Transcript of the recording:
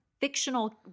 Fictional